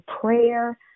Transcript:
prayer